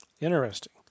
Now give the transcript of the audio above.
Interesting